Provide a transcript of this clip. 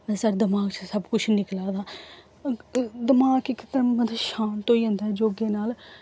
साढ़े दमाक चो सब कुछ निकला दा दमाक इकदम मतलब शांत होई जंदा ऐ योगे नाल